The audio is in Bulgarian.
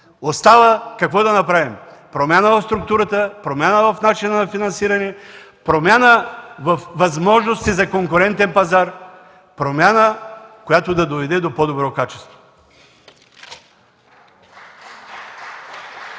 Остава какво да направим? Промяна в структурата, промяна в начина на финансиране, промяна във възможностите за конкурентен пазар, промяна, която да доведе до по-добро качество!